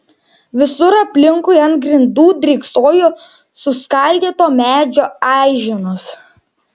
visur aplinkui ant grindų dryksojo suskaldyto medžio aiženos